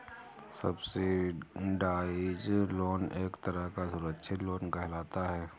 subsidised loan एक तरह का सुरक्षित लोन कहलाता है